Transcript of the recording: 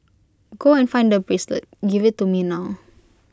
go and find the bracelet give IT to me now